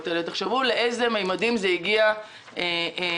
והגיע לממדים גדולים יותר עד שעות הצהריים.